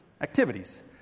activities